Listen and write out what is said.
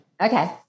Okay